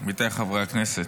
חברי הכנסת,